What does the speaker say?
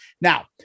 Now